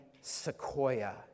sequoia